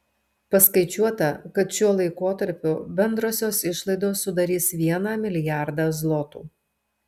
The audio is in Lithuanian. paskaičiuota kad šiuo laikotarpiu bendrosios išlaidos sudarys vieną milijardą zlotų